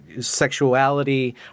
sexuality